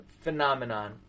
phenomenon